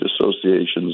associations